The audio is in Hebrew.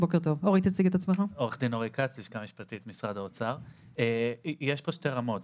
יש פה שתי רמות.